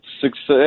success